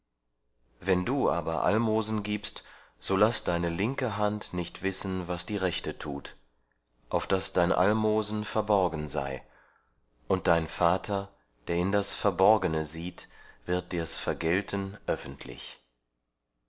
wenn du aber almosen gibst so laß deine linke hand nicht wissen was die rechte tut auf daß dein almosen verborgen sei und dein vater der in das verborgene sieht wird dir's vergelten öffentlich